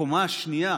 הקומה השנייה